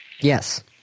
Yes